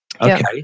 Okay